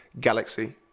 Galaxy